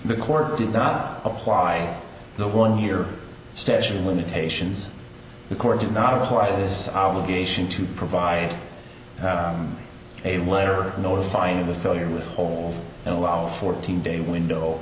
the court did not apply the one year statute of limitations the court did not apply this obligation to provide a letter notifying with failure withhold and allow fourteen day window